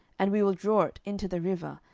and we will draw it into the river,